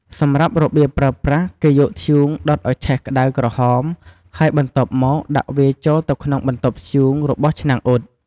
សម្រាប់របៀបប្រើប្រាស់ គេយកធ្យូងដុតឲ្យឆេះក្តៅក្រហម ហើយបន្ទាប់មកដាក់វាចូលទៅក្នុងបន្ទប់ធ្យូងរបស់ឆ្នាំងអ៊ុត។